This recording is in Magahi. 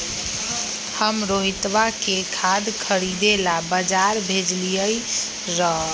हम रोहितवा के खाद खरीदे ला बजार भेजलीअई र